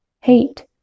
Hate